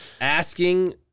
Asking